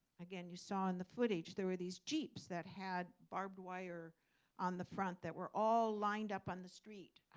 again, you saw in the footage there were these jeeps that had barbed wire on the front that were all lined up on the street.